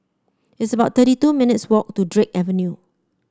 it's about thirty two minutes' walk to Drake Avenue